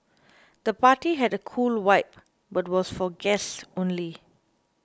the party had a cool vibe but was for guests only